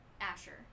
Asher